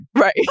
Right